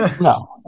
No